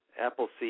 Appleseed